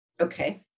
Okay